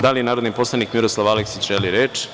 Da li narodni poslanik Miroslav Aleksić želi reč?